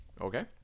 Okay